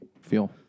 feel